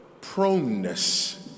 proneness